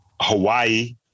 Hawaii